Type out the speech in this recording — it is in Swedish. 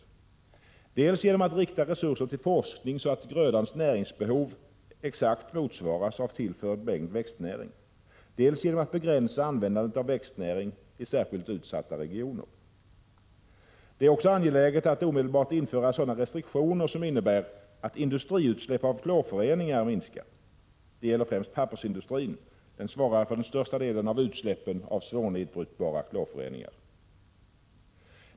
Detta kan ske dels genom att man riktar resurser till forskning för att få grödans näringsbehov att exakt motsvaras av tillförd mängd växtnäring, dels genom att man begränsar användandet av växtnäring i särskilt utsatta regioner. Det är också angeläget att omedelbart införa sådana restriktioner som innebär att industriutsläpp av klorföroreningar minskar. Det gäller främst pappersindustrin. Den svarar för den största delen av utsläppen av svårnedbrytbara klorföreningar.